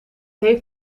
heeft